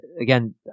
again